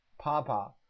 Papa